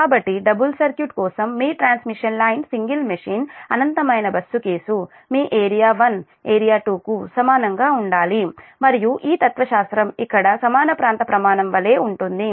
కాబట్టి double circuit కోసం మీ ట్రాన్స్మిషన్ లైన్ సింగిల్ మెషిన్ అనంతమైన బస్సు కేసు మీ ఏరియా 1 ఏరియా 2 కు సమానంగా ఉండాలి మరియు ఈ తత్వశాస్త్రం ఇక్కడ సమాన ప్రాంత ప్రమాణం వలె ఉంటుంది